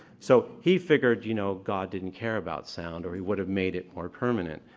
so he figured, you know, god didn't care about sound or he would have made it more permanent.